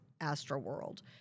Astroworld